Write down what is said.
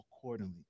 accordingly